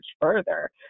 further